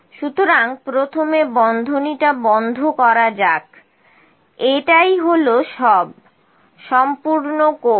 সুতরাং প্রথমে বন্ধনীটা বন্ধ করা যাক এটাই হলো সব সম্পূর্ণ কোর্স